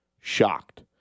shocked